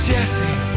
Jesse